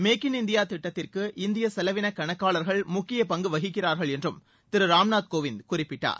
make in India திட்டத்திற்கு இந்திய செலவின கணக்காளர்கள் முக்கிய பங்கு வகிக்கிறார்கள் என்றும் திரு ராம்நாத் கோவிந்த் குறிப்பிட்டார்